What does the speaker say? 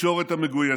בתקשורת המגויסת,